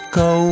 go